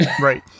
Right